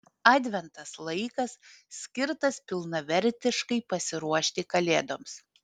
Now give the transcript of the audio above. adventas laikas skirtas pilnavertiškai pasiruošti kalėdoms